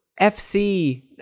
FC